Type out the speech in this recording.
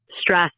stress